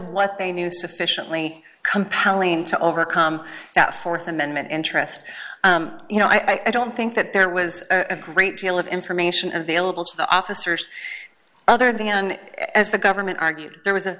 what they knew sufficiently compounding to overcome that th amendment interest you know i don't think that there was a great deal of information available to the officers other than as the government argued there was a